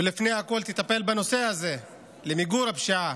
ולפני הכול תטפל בנושא הזה של מיגור הפשיעה.